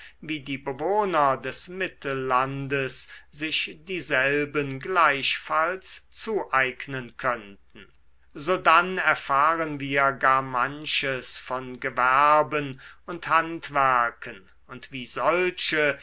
wie die bewohner des mittellandes sich dieselben gleichfalls zueignen könnten sodann erfahren wir gar manches von gewerben und handwerken und wie solche